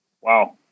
wow